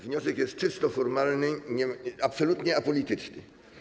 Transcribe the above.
Wniosek jest czysto formalny, absolutnie apolityczny.